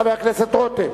חבר הכנסת רותם,